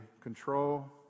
control